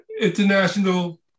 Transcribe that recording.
international